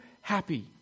happy